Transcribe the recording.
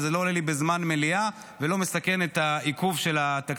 זה לא עולה לי בזמן מליאה ולא מסכן בעיכוב של התקציב.